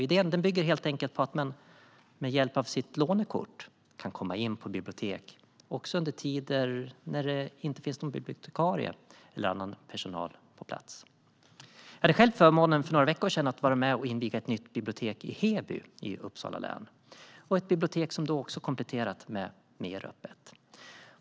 Idén bygger helt enkelt på att man med hjälp av sitt lånekort kan komma in på bibliotek också under tider när det inte finns någon bibliotekarie eller annan personal på plats. Jag hade själv förmånen att för några veckor sedan vara med och inviga ett nytt bibliotek i Heby i Uppsala län. Det är ett bibliotek som är kompletterat med meröppet.